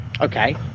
Okay